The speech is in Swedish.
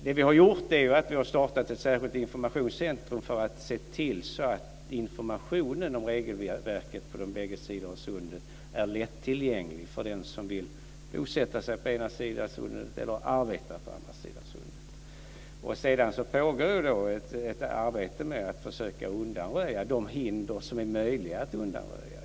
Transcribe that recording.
Det vi har gjort är att vi har startat ett särskilt informationscentrum för att se till att informationen om regelverket på bägge sidorna av sundet är tillgänglig för den som vill bosätta sig eller arbeta på ena sidan av sundet. Det pågår ett arbete med att försöka undanröja de hinder som är möjliga att undanröja.